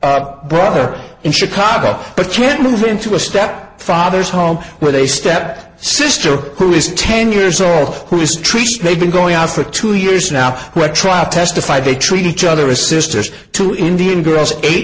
that brother in chicago but can't move into a step father's home where they step sister who is ten years old whose tryst they've been going out for two years now the trial testified they treat each other as sisters two indian girls eight